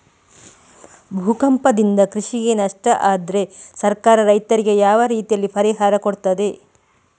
ಭೂಕಂಪದಿಂದ ಕೃಷಿಗೆ ನಷ್ಟ ಆದ್ರೆ ಸರ್ಕಾರ ರೈತರಿಗೆ ಯಾವ ರೀತಿಯಲ್ಲಿ ಪರಿಹಾರ ಕೊಡ್ತದೆ?